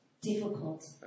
difficult